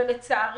לצערי,